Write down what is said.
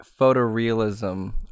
photorealism